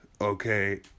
Okay